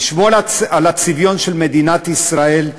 לשמור על הצביון של מדינת ישראל.